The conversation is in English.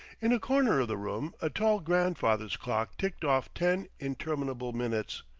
in a corner of the room a tall grandfather's clock ticked off ten interminable minutes.